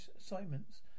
assignments